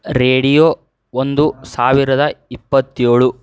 radio ಒಂದು ಸಾವಿರದ ಇಪ್ಪತ್ತೇಳು